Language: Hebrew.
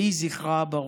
יהי זכרה ברוך.